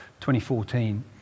2014